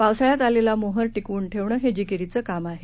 पावसाळ्यात आलेला मोहोर टिकवून ठेवणं हे जिकिरीचं कामं आहे